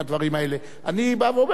אני בא ואומר: הם שואלים שאלה,